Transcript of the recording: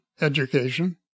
education